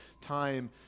time